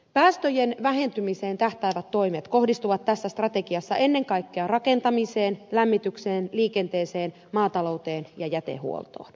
päästöjen vähentymiseen tähtäävät toimet kohdistuvat tässä strategiassa ennen kaikkea rakentamiseen lämmitykseen liikenteeseen maatalouteen ja jätehuoltoon